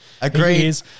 agreed